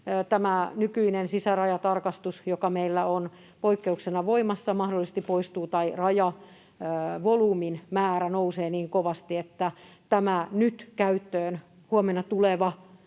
tämä nykyinen sisärajatarkastus, joka meillä on poikkeuksena voimassa, mahdollisesti poistuu tai rajavolyymin määrä nousee niin kovasti, että tämä nyt huomenna